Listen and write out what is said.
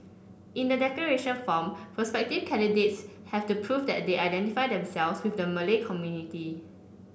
in the declaration form prospective candidates have to prove that they identify themselves with the Malay community